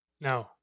No